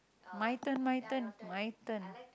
my turn my turn my turn